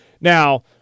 Now